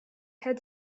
had